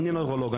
אני נוירולוג,